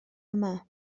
yma